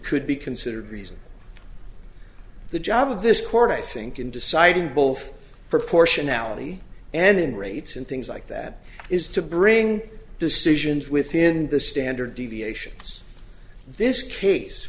could be considered reasonable the job of this court i think in deciding both proportionality and in rates and things like that is to bring decisions within the standard deviations this case